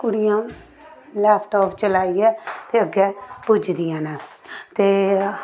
कुडियां लैपटाप चलाइयै ते अग्गें पुजदियां न ते